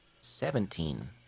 Seventeen